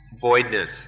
voidness